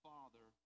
Father